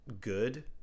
good